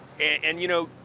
and, you know,